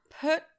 put